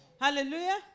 Hallelujah